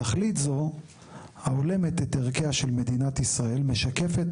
"תכלית זו ההולמת את ערכיה של מדינת ישראל משקפת